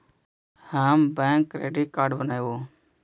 हम bank credit card बनैवो?